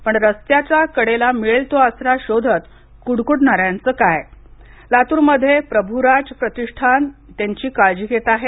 पण रस्त्याच्या कडेला मिळेल तो आसरा शोधत कुडकुडणाऱ्यांचं काय लातूर मध्ये प्रभुराज प्रतिष्ठान त्यांची काळजी घेतं आहे